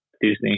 Disney